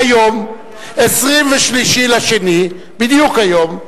והיום, 23 בפברואר, בדיוק היום,